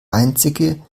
einzige